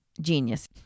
genius